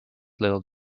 little